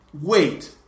wait